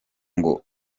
ngo